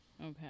Okay